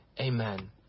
Amen